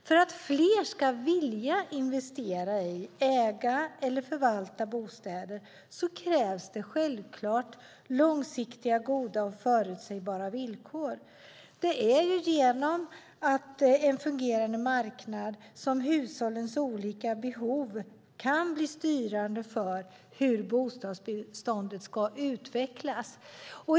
För att fler ska vilja investera i, äga eller förvalta bostäder krävs självklart långsiktiga, goda och förutsägbara villkor. Det är genom en fungerande marknad som hushållens olika behov kan bli styrande för hur bostadsbeståndet ska utvecklas.